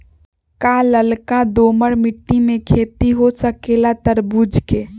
का लालका दोमर मिट्टी में खेती हो सकेला तरबूज के?